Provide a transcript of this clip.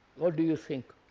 what do you think?